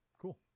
Cool